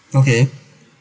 okay